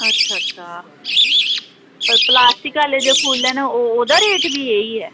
अच्छा अच्छा पर प्लास्टिक आह्ले जो फुल्ल न ओह् ओह्दा रेट वी एह् ही ऐ